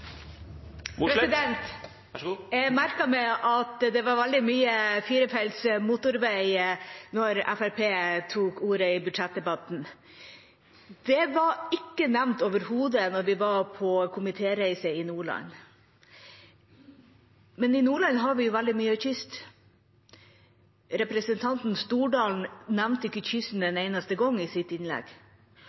de får så store og viktige oppgaver, vil de prioritere det bedre framover. Jeg merket meg at det var veldig mye firefelts motorvei da Fremskrittspartiet tok ordet i budsjettdebatten. Det ble overhodet ikke nevnt da vi var på komitéreise i Nordland. I Nordland har vi veldig mye kyst. Representanten Stordalen nevnte ikke kysten en eneste gang i sitt innlegg.